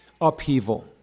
upheaval